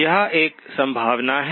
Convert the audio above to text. यह एक संभावना है